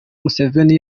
museveni